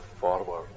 forward